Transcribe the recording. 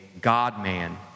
God-man